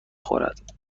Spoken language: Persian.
خورد